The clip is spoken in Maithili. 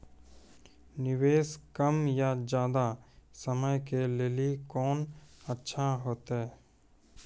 निवेश कम या ज्यादा समय के लेली कोंन अच्छा होइतै?